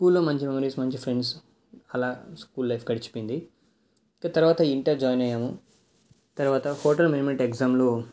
స్కూల్లో మంచి మెమరీస్ మంచి ఫ్రెండ్స్ అలా స్కూల్ లైఫ్ గడచిపోయింది ఇక తరువాత ఇంటర్ జాయిన్ తరువాత హోటల్ మేనేజిమెంట్ ఎక్జామ్లో